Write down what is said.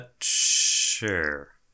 sure